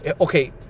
okay